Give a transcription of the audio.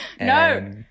No